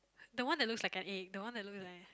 the one that looks like an egg the one that looks like